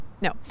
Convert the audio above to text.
No